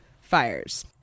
fires